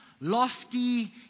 lofty